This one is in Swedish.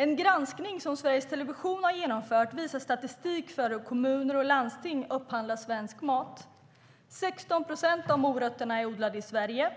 En granskning som Sveriges Television har genomfört visar statistik för hur kommuner och landsting upphandlar svensk mat. Av morötterna är 16 procent odlade i Sverige,